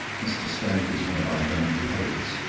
mr. stone is one of our younger poets.